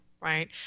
right